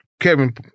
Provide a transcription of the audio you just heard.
Kevin